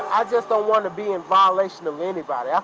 i just don't want to be in violation of and but yeah